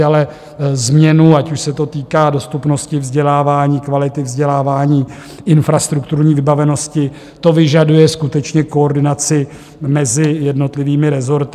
Ale změna, ať už se to týká dostupnosti vzdělávání, kvality vzdělávání, infrastrukturní vybavenosti, to vyžaduje skutečně koordinaci mezi jednotlivými rezorty.